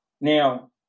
now